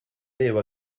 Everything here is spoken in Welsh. fyw